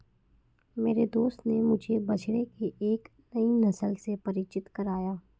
मेरे दोस्त ने मुझे बछड़े की एक नई नस्ल से परिचित कराया